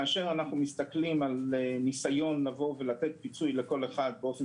כאשר אנחנו מסתכלים על ניסיון לתת לכל אחד באופן